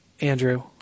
Andrew